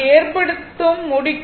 அது ஏற்படுத்தும் முடிக்கும்